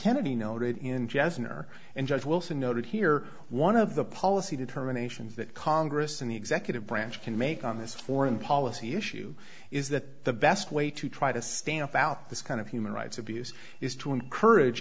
kennedy noted in jazz singer and judge wilson noted here one of the policy determinations that congress and the executive branch can make on this foreign policy issue is that the best way to try to stamp out this kind of human rights abuse is to encourage